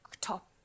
Top